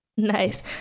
Nice